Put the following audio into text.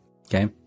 okay